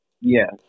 Yes